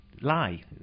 lie